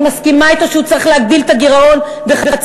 אני מסכימה אתו שהוא צריך להגדיל את הגירעון ב-0.5%.